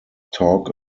talk